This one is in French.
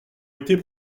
été